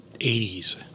80s